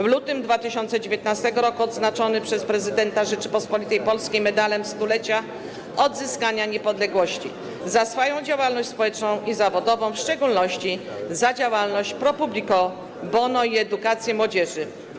W lutym 2019 r. odznaczony przez prezydenta Rzeczypospolitej Polskiej Medalem Stulecia Odzyskanej Niepodległości za działalność społeczną i zawodową, w szczególności za działalność pro publico bono i edukację młodzieży.